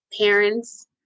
parents